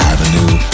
Avenue